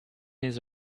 his